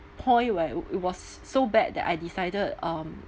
point where it was so bad that I decided um